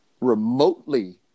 remotely